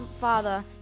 father